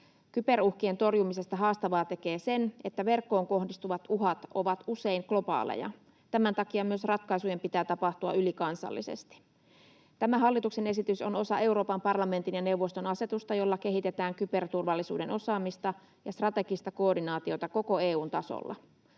Kyberuhkien torjumisesta haastavaa tekee se, että verkkoon kohdistuvat uhat ovat usein globaaleja. Tämän takia myös ratkaisujen pitää tapahtua ylikansallisesti. Tämä hallituksen esitys on osa Euroopan parlamentin ja neuvoston asetusta, jolla kehitetään kyberturvallisuuden osaamista ja strategista koordinaatiota koko EU:n tasolla.